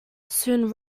soon